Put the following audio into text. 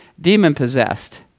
demon-possessed